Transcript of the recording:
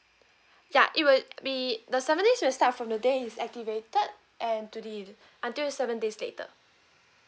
ya it would be the seven days will start from the day is activated and to the until the seven days later